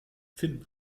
finn